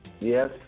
Yes